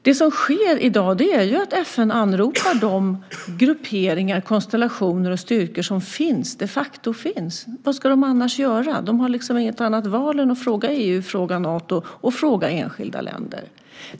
Det som sker i dag är att FN anropar de grupperingar, konstellationer och styrkor som de facto finns. Vad ska man annars göra? Man har inget annat val än att fråga EU, Nato och enskilda länder.